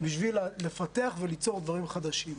בשביל לפתח וליצור דברים חדשים.